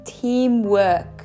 teamwork